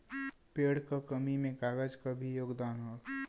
पेड़ क कमी में कागज क भी योगदान हौ